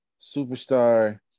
superstar